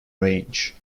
range